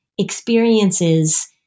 experiences